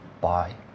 Bye